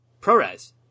ProRes